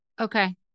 Okay